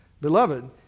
Beloved